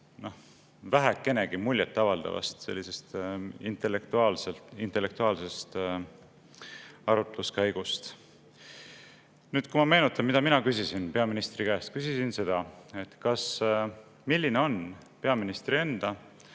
vähekenegi muljet avaldavast intellektuaalsest arutluskäigust. Ma meenutan, mida mina küsisin peaministri käest. Küsisin seda, milline on peaministri enda